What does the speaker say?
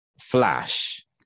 Flash